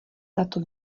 tato